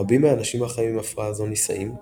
רבים מהאנשים החיים עם הפרעה זו נישאים,